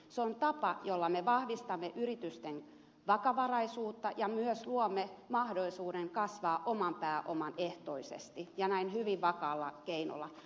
se on tapa jolla me vahvistamme yritysten vakavaraisuutta ja myös luomme mahdollisuuden kasvaa omapääomaehtoisesti ja näin hyvin vakaalla keinolla